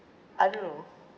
I don't know